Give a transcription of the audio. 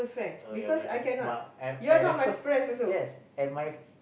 oh your don't have but at at the first yes at my